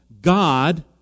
God